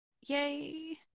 Yay